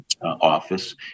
Office